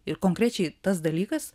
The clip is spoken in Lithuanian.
ir konkrečiai tas dalykas